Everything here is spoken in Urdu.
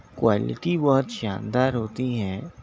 کوالٹی بہت شاندار ہوتی ہیں